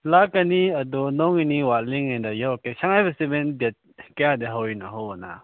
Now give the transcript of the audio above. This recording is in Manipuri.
ꯂꯥꯛꯀꯅꯤ ꯑꯗꯣ ꯅꯣꯡ ꯅꯤꯅꯤ ꯋꯥꯠꯂꯤꯉꯩꯗ ꯌꯧꯔꯛꯀꯦ ꯁꯉꯥꯏ ꯐꯦꯁꯇꯤꯕꯦꯜ ꯗꯦꯠ ꯀꯌꯥꯗꯩ ꯍꯧꯔꯤꯅꯣ ꯍꯧꯕꯅ